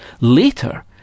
Later